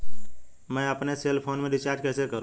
मैं अपने cell phone में रिचार्ज कैसे करूँ?